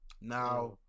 now